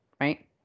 right